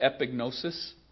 epignosis